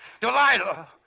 Delilah